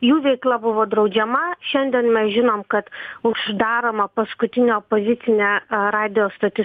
jų veikla buvo draudžiama šiandien mes žinom kad uždaroma paskutinė opozicinė radijo stotis